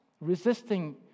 resisting